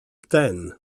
ten